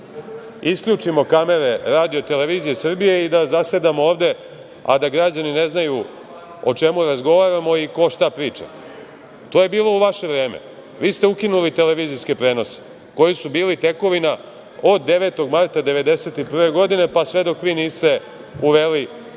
isključimo kamere RTS i da zasedamo ovde, a da građani ne znaju o čemu razgovaramo i ko šta priča. To je bilo u vaše vreme. Vi ste ukinuli televizijske prenose koji su bili tekovina od 9. marta 1991. godine pa sve dok vi niste uveli